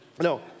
No